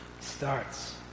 starts